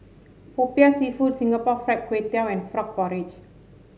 popiah seafood Singapore Fried Kway Tiao and Frog Porridge